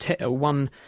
one